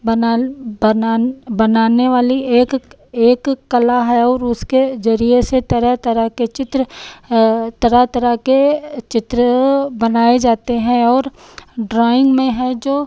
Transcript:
बनाल बनान बनाने वाली एक एक कला है और उसके ज़रिये से तरह तरह के चित्र तरह तरह के चित्र बनाए जाते हैं और ड्रॉइन्ग में है जो